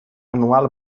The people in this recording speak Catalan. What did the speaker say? anual